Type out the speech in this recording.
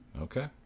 Okay